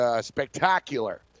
spectacular